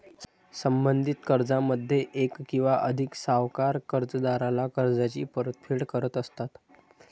संबंधित कर्जामध्ये एक किंवा अधिक सावकार कर्जदाराला कर्जाची परतफेड करत असतात